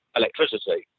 electricity